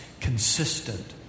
consistent